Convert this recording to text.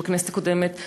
בכנסת הקודמת אישרנו,